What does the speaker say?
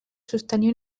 sostenir